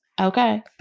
okay